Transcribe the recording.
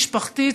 משפחתית,